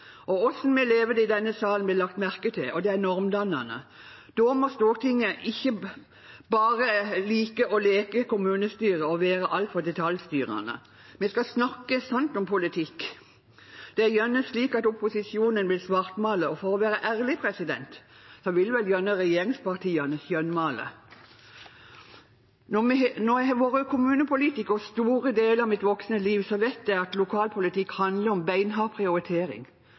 vi lever det i denne sal, blir lagt merket til, og det er normdannende. Da må Stortinget ikke bare like å leke kommunestyre og være altfor detaljstyrende. Vi skal snakke sant om politikk. Det er gjerne slik at opposisjonen vil svartmale. Og for være ærlig: Regjeringspartiene vil vel gjerne skjønnmale. Når jeg har vært kommunepolitiker store deler av mitt voksne liv, vet jeg at lokalpolitikk handler om